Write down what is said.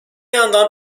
yandan